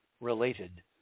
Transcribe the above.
related